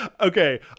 Okay